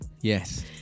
Yes